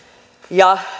ja